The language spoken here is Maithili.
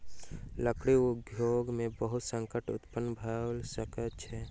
लकड़ी उद्योग में बहुत संकट उत्पन्न भअ सकै छै